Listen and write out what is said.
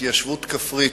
התיישבות כפרית,